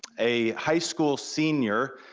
a high school senior,